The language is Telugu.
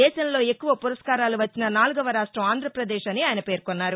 దేశంలో ఎక్కువ పురస్కారాలు వచ్చిన నాలుగో రాష్టం ఆంధ్రప్రదేశ్ అని ఆయన పేర్కొన్నారు